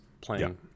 playing